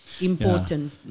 Important